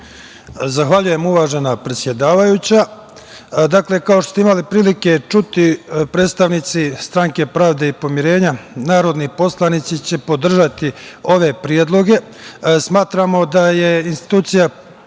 Zahvaljujem, uvažena predsedavajuća. Kao što ste imali prilike čuti, predstavnici Stranke pravde i pomirenja, narodni poslanici, će podržati ove predloge. Smatramo